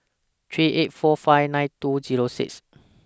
three eight four five nine two Zero six